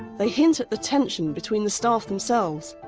they hint at the tension between the staff themselves,